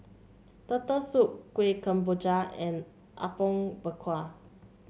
Turtle Soup Kueh Kemboja and Apom Berkuah